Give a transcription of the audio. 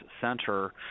Center